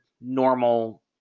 normal